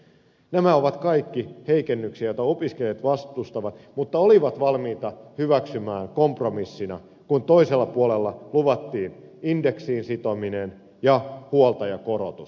nämä ovat kaikki heikennyksiä joita opiskelijat vastustavat mutta olivat valmiita hyväksymään kompromissina kun toisella puolella luvattiin indeksiin sitominen ja huoltajakorotus